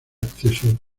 acceso